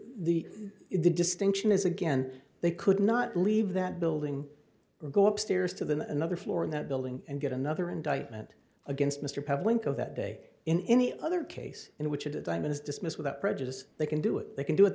sir the distinction is again they could not leave that building or go upstairs to the another floor in that building and get another indictment against mr pett link of that day in any other case in which a diamond is dismissed without prejudice they can do it they can do it